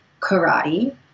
karate